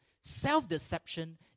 self-deception